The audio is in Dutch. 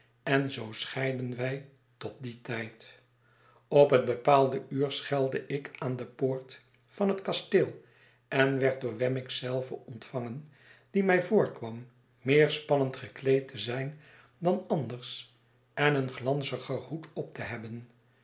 en zoo scheidden wij tot dien tijd op het bepaalde uur schelde ik aan de poort van het kasteel en werd door wemmick zelven ontvangen die mij voorkwam meer spannend gekleed te zijn dan anders en een glanziger hoed op te hebben